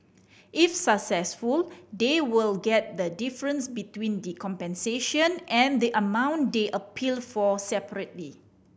if successful they will get the difference between the compensation and the amount they appealed for separately